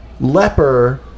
leper